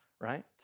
right